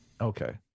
okay